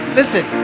listen